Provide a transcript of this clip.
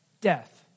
death